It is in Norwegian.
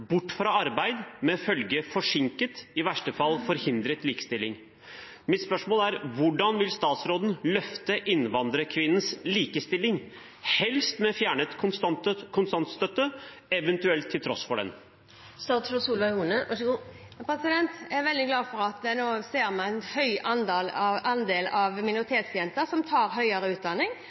fra arbeid, med følgen forsinket – i verste fall forhindret – likestilling. Mitt spørsmål er: Hvordan vil statsråden løfte innvandrerkvinnens likestilling, helst med fjernet kontantstøtte, men eventuelt: til tross for den? Jeg er veldig glad for at vi nå ser at en høy andel av minoritetsjentene tar høyere utdanning,